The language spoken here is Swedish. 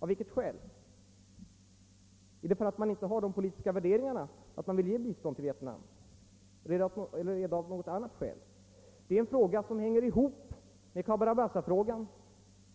Av vilka skäl? Är det därför att man inte har sådana politiska värderingar att man vill ge ett bistånd till Vietnam eller är det av någon annan anledning? Det är en fråga som hänger ihop med Cabora Bassafrågan.